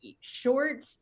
short